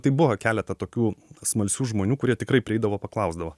tai buvo keleta tokių smalsių žmonių kurie tikrai prieidavo paklausdavo